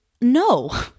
no